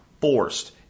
forced